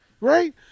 Right